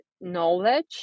knowledge